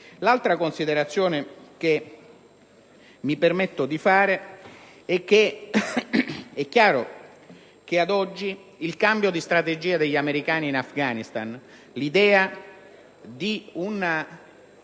L'altra considerazione che mi permetto di svolgere è la seguente. È chiaro che, ad oggi, il cambio di strategia degli americani in Afghanistan, l'idea di una